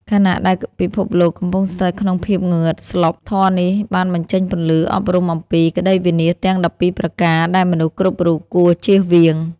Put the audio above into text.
ខណៈដែលពិភពលោកកំពុងស្ថិតក្នុងភាពងងឹតស្លុប ធម៌នេះបានបញ្ចេញពន្លឺអប់រំអំពី ក្ដីវិនាសទាំង ១២ ប្រការ ដែលមនុស្សគ្រប់រូបគួរជៀសវាង។